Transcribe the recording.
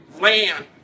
land